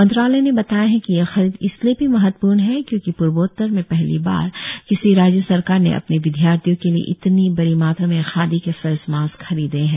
मंत्रालय ने बताया है कि ये खरीद इसलिए भी महत्वपूर्ण है क्योंकि पूर्वोत्तर में पहली बार किसी राज्य सरकार ने अपने विद्यार्थियों के लिये इतनी बड़ी मात्रा में खादी के फेस मास्क खरीदे हैं